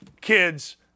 kids